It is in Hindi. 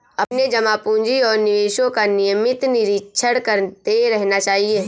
अपने जमा पूँजी और निवेशों का नियमित निरीक्षण करते रहना चाहिए